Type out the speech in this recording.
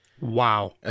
Wow